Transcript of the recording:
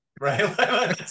right